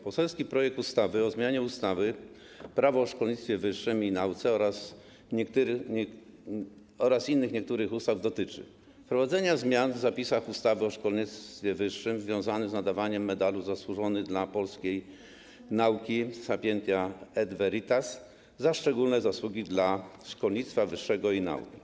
Poselski projekt ustawy o zmianie ustawy - Prawo o szkolnictwie wyższym i nauce oraz niektórych innych ustaw dotyczy wprowadzenia zmian w zapisach ustawy o szkolnictwie wyższym związanych z nadawaniem Medalu ˝Zasłużony dla Polskiej Nauki Sapientia et Veritas˝ za szczególne zasługi dla szkolnictwa wyższego i nauki.